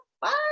Bye